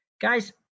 Guys